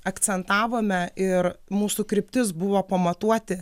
akcentavome ir mūsų kryptis buvo pamatuoti